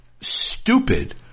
stupid